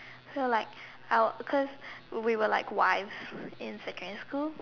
so like I will because we were like wise in secondary school